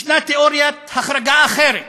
ישנה תיאוריית החרגה אחרת,